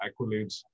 accolades